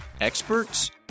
experts